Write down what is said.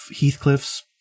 Heathcliff's